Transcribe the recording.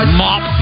mop